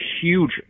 huge